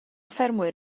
ffermwr